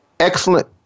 Excellent